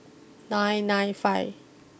nine nine five